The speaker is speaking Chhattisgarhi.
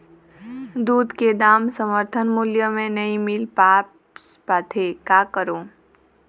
दूध के दाम समर्थन मूल्य म नई मील पास पाथे, का करों?